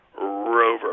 Rover